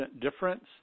difference